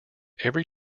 every